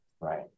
right